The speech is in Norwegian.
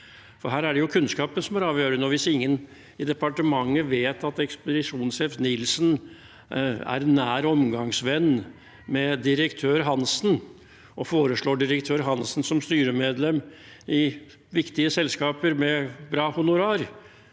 med. Her er det kunnskapen som er avgjørende. Hvis ingen i departementet vet at ekspedisjonssjef Nilsen er nær omgangsvenn med direktør Hansen, kan han jo foreslå direktør Hansen som styremedlem i viktige selskaper med bra honorar.